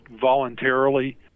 voluntarily